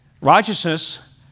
Righteousness